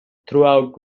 throughout